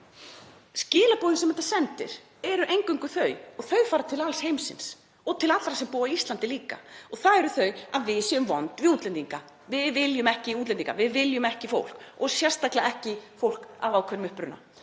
Skilaboðin sem þetta sendir eru eingöngu þau — og þau fara til alls heimsins og til allra sem búa á Íslandi líka — að við séum vond við útlendinga. Við viljum ekki útlendinga, við viljum ekki fólk og sérstaklega ekki fólk af ákveðnum uppruna.